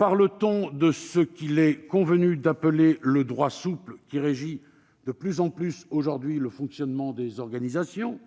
S'agit-il de ce qu'il est convenu d'appeler le « droit souple », qui régit de plus en plus aujourd'hui le fonctionnement des organisations ?